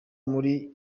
muri